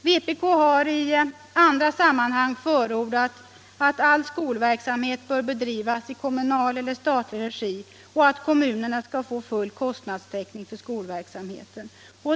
Vpk har i andra sammanhang förordat att all skolverksamhet skall bedrivas i kommunal eller statlig regi och att kommunerna skall få full kostnadstäckning för skolverksamheten.